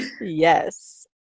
Yes